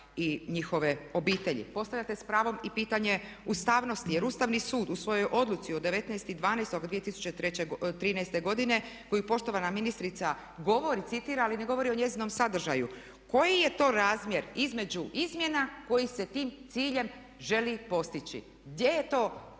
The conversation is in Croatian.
i njihove obitelji. Postavljate s pravom i pitanje ustavnosti jer Ustavni sud u svojoj odluci od 19.12.2013.godine koju poštovana ministrica govori, citira ali ne govori o njezinom sadržaju. Koji je to razmjer između izmjena koji se tim ciljem želi postići, gdje je to,